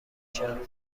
شرافتش